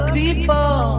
people